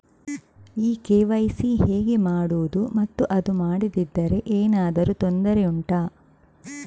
ಈ ಕೆ.ವೈ.ಸಿ ಹೇಗೆ ಮಾಡುವುದು ಮತ್ತು ಅದು ಮಾಡದಿದ್ದರೆ ಏನಾದರೂ ತೊಂದರೆ ಉಂಟಾ